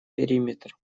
периметр